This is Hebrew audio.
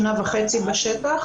שנה וחצי בשטח,